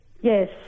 Yes